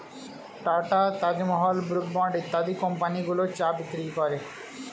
tata, Taj Mahal, Brooke bond ইত্যাদি কোম্পানিগুলো চা বিক্রি করে